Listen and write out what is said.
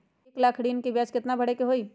एक लाख ऋन के ब्याज केतना भरे के होई?